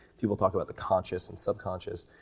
people talk about the conscious and subconscious,